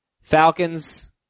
Falcons